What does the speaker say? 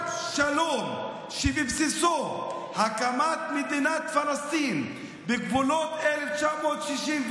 רק שלום שבבסיסו הקמת מדינת פלסטין בגבולות 1967,